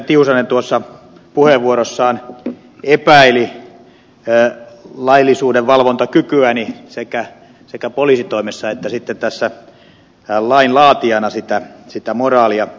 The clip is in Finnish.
tiusanen tuossa puheenvuorossaan epäili laillisuuden valvontakykyäni sekä poliisitoimessa että sitten tässä lainlaatijana sitä moraalia